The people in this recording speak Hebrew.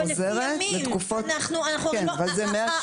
אבל מוצע 180,